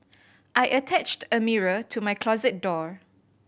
I attached a mirror to my closet door